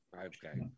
Okay